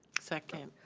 second.